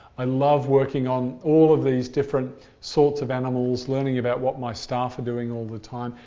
i love working on all of these different sorts of animals, learning about what my staff are doing all the time.